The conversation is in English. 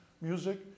music